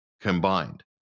combined